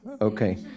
Okay